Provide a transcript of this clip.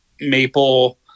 maple